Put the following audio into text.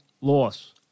loss